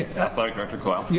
athletic director coyle.